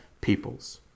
peoples